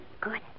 Good